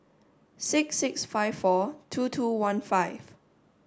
six six five four two two one five